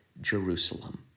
Jerusalem